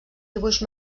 dibuix